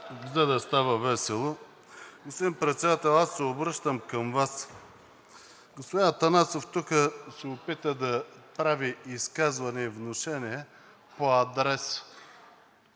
весело. Господин Председател, аз се обръщам към Вас: господин Атанасов се опита тук да прави изказване и внушение по адрес